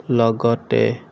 লগতে